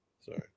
sorry